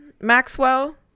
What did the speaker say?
Maxwell